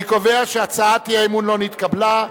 אני קובע שהצעת האי-אמון לא נתקבלה.